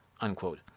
unquote